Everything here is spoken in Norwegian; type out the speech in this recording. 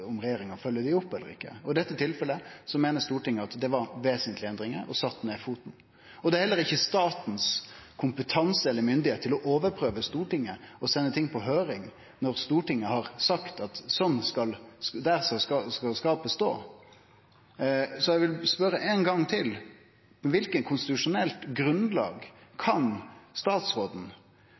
om regjeringa følgjer dei opp eller ikkje. I dette tilfellet meiner Stortinget at det var vesentlege endringar og sette ned foten. Statsråden har heller ikkje kompetanse eller myndigheit til å overprøve Stortinget og sende ting på høyring når Stortinget har sagt at der skal skapet stå. Eg vil spørje ein gong til: På kva for eit konstitusjonelt grunnlag kan statsråden